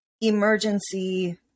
emergency